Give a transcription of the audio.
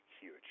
huge